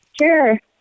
Sure